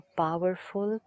powerful